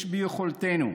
יש ביכולתנו,